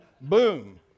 boom